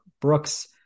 Brooks